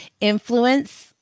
influence